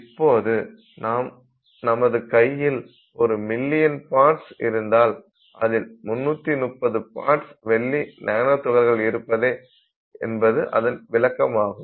இப்போது நமது கையில் ஒரு மில்லியன் பார்ட்ஸ் இருந்தால் அதில் 330 பார்ட்ஸ் வெள்ளி நானோ துகள்கள் என்பதே இதன் விளக்கமாகும்